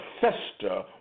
fester